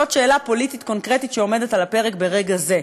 זו עמותה,